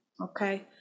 okay